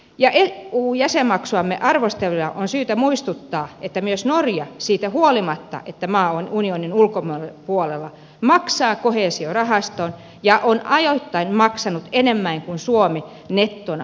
eu jäsenmaksuamme arvostelevia on syytä muistuttaa että myös norja siitä huolimatta että maa on unionin ulkopuolella maksaa koheesiorahastoon ja on ajoittain maksanut enemmän kuin suomi nettona koko jäsenyydestään